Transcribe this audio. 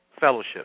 fellowship